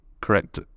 correct